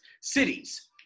cities